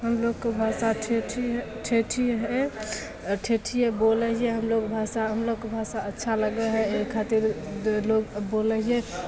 हमलोकके भाषा ठेठी हइ ठेठिये हइ आ ठेठिये बोलै हियै हमलोग भाषा हमलोकके भाषा अच्छा लगे हइ एहि खातिर लोगके बोलै हियै